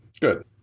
Good